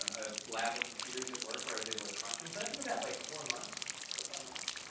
um a lab of computers at work where i was able to crunch them so that took about like four months. four or five months.